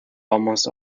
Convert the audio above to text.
almost